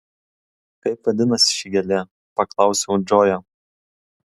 kaip vadinasi ši gėlė paklausiau džoją